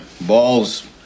balls